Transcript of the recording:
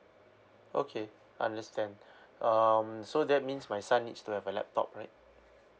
okay understand um so that means my son needs to have a laptop right